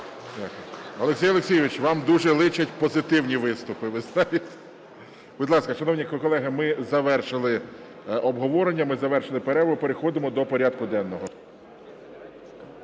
Олексію Олексійовичу, вам дуже личать позитивні виступи, ви знаєте. Будь ласка, шановні колеги, ми завершили обговорення, ми завершили перерву, переходимо до порядку денного.